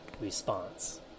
response